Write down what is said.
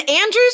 Andrew's